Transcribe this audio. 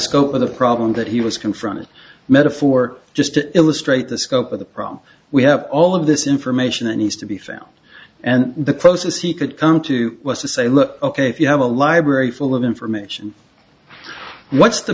scope of the problem that he was confronted metaphor just to illustrate the scope of the problem we have all of this information that needs to be found and the closest he could come to was to say look ok if you have a library full of information what's the